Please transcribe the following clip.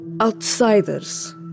outsiders